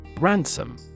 Ransom